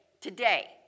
today